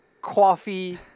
coffee